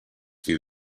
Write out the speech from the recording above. few